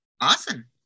awesome